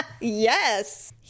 Yes